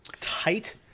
tight